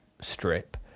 strip